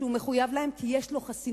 למה שהוא מחויב לאותם ילדים, כי יש לו חסינות.